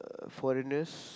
uh foreigners